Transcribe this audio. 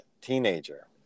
teenager